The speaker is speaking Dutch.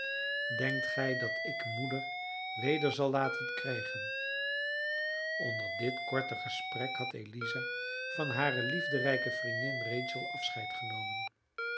denkt gij dat ik moeder weder zal laten krijgen onder dit korte gesprek had eliza van hare liefderijke vriendin rachel afscheid genomen